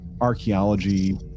archaeology